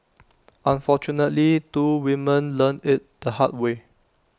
unfortunately two women learnt IT the hard way